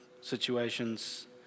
situations